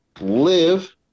Live